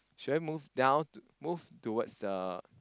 should I move down to move towards uh